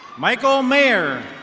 michael mayer.